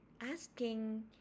asking